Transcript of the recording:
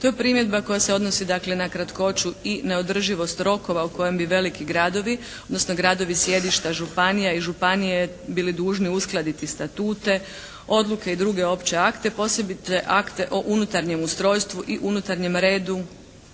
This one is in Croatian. To je primjedba koja se odnosi dakle na kratkoću i neodrživost rokova u kojima bi veliki gradovi odnosno gradovi, sjedišta, županija i županije bili dužni uskladiti statute, odluke i druge opće akte, posebice akte o unutarnjem ustrojstvu i unutarnjem redu